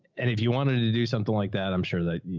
and if you wanted to do something like that, i'm sure that,